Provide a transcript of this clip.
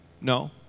No